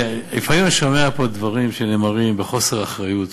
לפעמים אני שומע פה דברים שנאמרים בחוסר אחריות